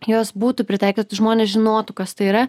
jos būtų pritaikytos žmonės žinotų kas tai yra